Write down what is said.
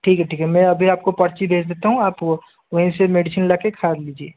ठीक है ठीक है मैं अभी आप को पर्ची भेज दे देता हूँ आप वहीं से मेडिसिन लाके खा लीजिए